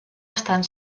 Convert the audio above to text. estan